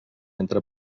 entre